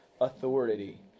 authority